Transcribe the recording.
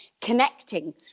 connecting